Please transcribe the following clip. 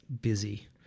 Busy